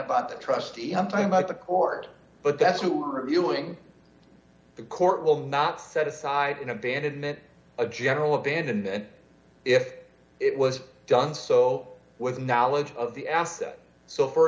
about the trustee i'm talking about the court but that's who we're dealing the court will not set aside in a band admit a general abandon that if it was done so with knowledge of the asset so for